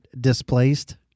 displaced